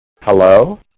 Hello